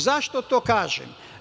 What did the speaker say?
Zašto to kažem?